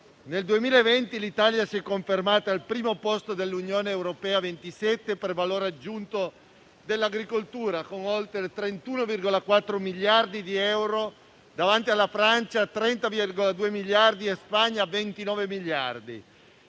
Nel 2020 l'Italia si è confermata al primo posto dell'Unione europea a 27 per valore aggiunto dell'agricoltura, con oltre 31,4 miliardi di euro, davanti alla Francia (30,2 miliardi) e alla Spagna (29 miliardi).